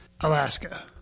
Alaska